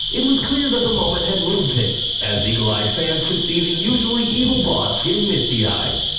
it was clear the the moment had moved him, as eagle-eyed fans could see the usually evil boss getting misty-eyed.